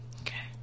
Okay